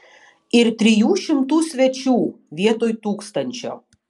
ir trijų šimtų svečių vietoj tūkstančio